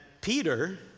Peter